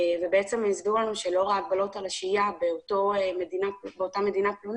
ובעצם ידוע לנו שלאור ההגבלות על השהייה באותה מדינה יש